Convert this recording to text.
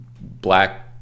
black